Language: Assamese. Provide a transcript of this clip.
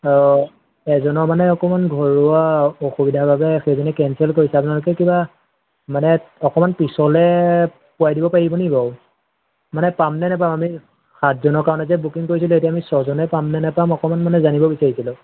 অঁ এজনৰ মানে অকণমান ঘৰুৱা অসুবিধাৰ বাবে সেইজনে কেঞ্চেল কৰিছে আপোনালোকে কিবা মানে অকণমান পিছলৈ পূৰাই দিব পাৰিব নেকি বাৰু মানে পাম নে নাপাম আমি সাতজনৰ কাৰণে যে বুকিং কৰিছিলোঁ সেইটো আমি ছজনে পাম নে নাপাম অকণমান মানে জানিব বিচাৰিছিলোঁ